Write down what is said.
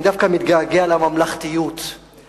אני דווקא מתגעגע לממלכתיות,